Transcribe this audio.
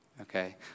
okay